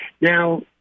Now